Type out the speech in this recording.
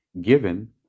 given